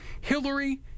Hillary